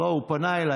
למי אתה עונה?